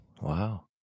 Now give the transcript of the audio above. wow